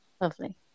Lovely